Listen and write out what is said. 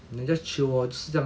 then just chill lor 就是这样